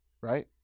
Right